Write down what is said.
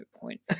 point